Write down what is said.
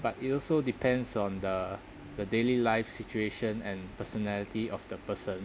but it also depends on the the daily life situation and personality of the person